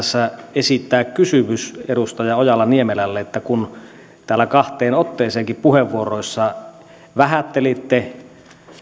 esittää kysymys edustaja ojala niemelälle kun täällä kahteenkin otteeseen puheenvuoroissa vähättelitte